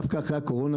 דווקא אחרי הקורונה,